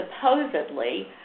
supposedly